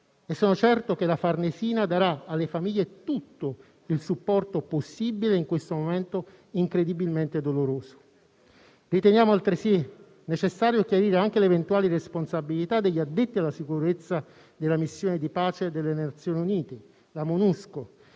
altresì certo che la Farnesina darà alle famiglie tutto il supporto possibile in questo momento incredibilmente doloroso. Riteniamo altresì necessario chiarire anche le eventuali responsabilità degli addetti alla sicurezza della missione di pace delle Nazioni Unite, la Monusco,